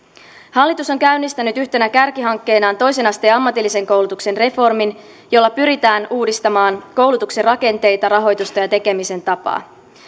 hallitus on käynnistänyt yhtenä kärkihankkeenaan toisen asteen ammatillisen koulutuksen reformin jolla pyritään uudistamaan koulutuksen rakenteita rahoitusta ja tekemisen tapaa